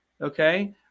Okay